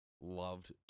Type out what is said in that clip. loved